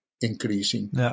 increasing